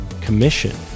commission